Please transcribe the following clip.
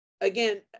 again